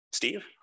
Steve